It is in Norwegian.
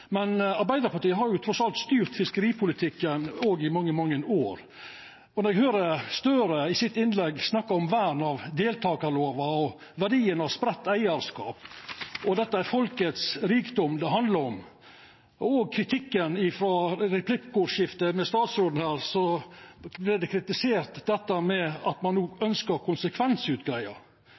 men Arbeidarpartiet har trass alt styrt fiskeripolitikken i mange, mange år. Eg høyrde representanten Gahr Støre i innlegget sitt snakka om vern av deltakarlova og verdien av spreidd eigarskap, og at det er folkets rikdom det handlar om. Og i replikkordskiftet med statsråden her vart det kritisert at ein no